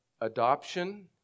adoption